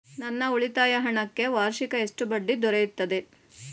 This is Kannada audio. ನನ್ನ ಉಳಿತಾಯ ಹಣಕ್ಕೆ ವಾರ್ಷಿಕ ಎಷ್ಟು ಬಡ್ಡಿ ದೊರೆಯುತ್ತದೆ?